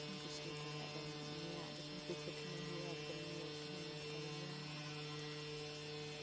ᱟᱸᱰᱤ ᱟᱸᱴᱤᱧ ᱠᱩᱥᱤᱭᱟᱛᱟᱭᱟ ᱮᱠᱫᱚᱢ ᱩᱱᱤᱭᱟᱜ ᱡᱚᱠᱷᱚᱱ ᱠᱤᱨᱠᱮᱴ ᱮᱱᱮᱡ ᱦᱩᱭᱩᱜᱼᱟ ᱧᱮᱞ ᱛᱟᱭ ᱜᱮᱭᱟ ᱟᱨ